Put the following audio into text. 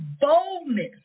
boldness